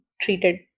treated